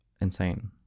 insane